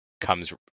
comes